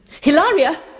Hilaria